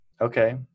Okay